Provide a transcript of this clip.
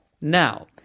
Now